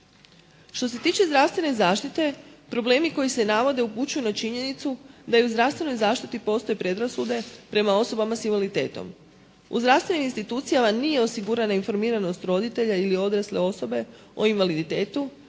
Što se tiče zdravstvene zaštite problemi koji se navode upućuju na činjenicu da i u zdravstvenoj zaštiti postoje predrasude prema osobama sa invaliditetom. U zdravstvenim institucijama nije osigurana informiranost roditelja ili odrasle osobe o invaliditetu